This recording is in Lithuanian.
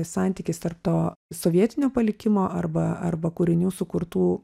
santykis tarp to sovietinio palikimo arba arba kūrinių sukurtų